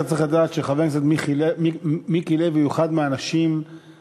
אתה צריך לדעת שחבר הכנסת מיקי לוי הוא אחד האנשים המיוחדים,